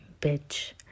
Bitch